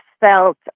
felt